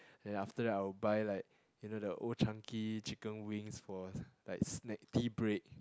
then after that I will buy like you know the Old-Chang-Kee chicken wing for like snack tea break